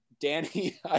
Danny